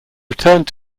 returned